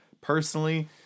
personally